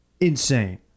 insane